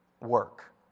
work